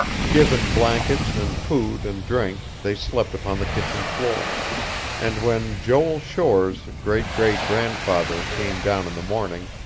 given blankets, and food, and drink, they slept upon the kitchen floor and when joel shore's great-great-grandfather came down in the morning,